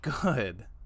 good